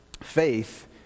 faith